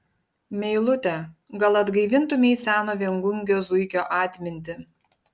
meilute gal atgaivintumei seno viengungio zuikio atmintį